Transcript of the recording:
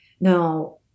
Now